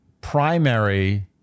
primary